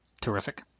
Terrific